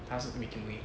他是 wee kim wee